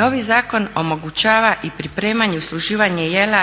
Novi zakon omogućava i pripremanje i usluživanje jela